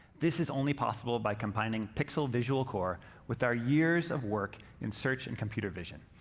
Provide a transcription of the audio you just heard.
this is only possible by combining pixel visual core with our years of work in search and computer vision.